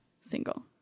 single